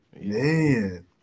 man